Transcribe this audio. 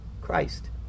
Christ